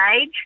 age